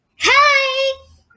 Hi